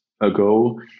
ago